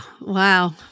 Wow